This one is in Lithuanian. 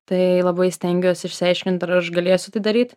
tai labai stengiuos išsiaiškint ar aš galėsiu tai daryt